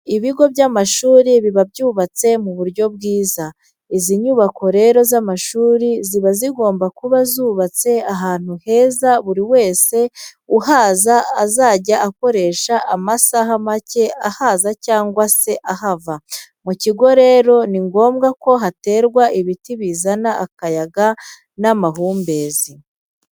Ibigo by'amashuri biba byubatse mu buryo bwiza. Izi nyubako rero z'amashuri ziba zigomba kuba zubatse ahantu heza buri wese uhaza azajya akoresha amasaha make ahaza cyangwa se ahava. Mu kigo rero ni ngombwa ko haterwa ibiti bizana akayaga n'amahumbezi.